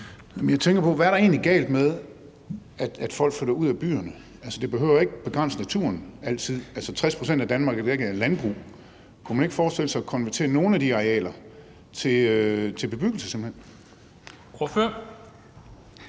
Jeg tænker på, hvad der egentlig er galt med, at folk flytter ud af byerne. Det behøver jo ikke altid at begrænse naturen. 60 pct. af Danmark er dækket af landbrugsarealer. Kunne man ikke forestille sig at konvertere nogle af de arealer til bebyggelse